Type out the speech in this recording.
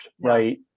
right